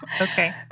Okay